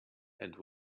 and